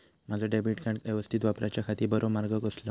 माजा debit card यवस्तीत वापराच्याखाती बरो मार्ग कसलो?